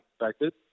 expected